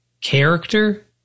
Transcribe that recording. character